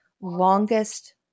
longest